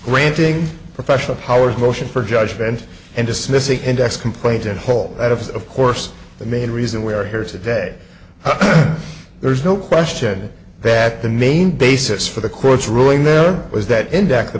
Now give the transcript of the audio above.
granting professional powers motion for judgment and dismissing index complaint in whole edifice of course the main reason we are here today there's no question that the main basis for the court's ruling there was that index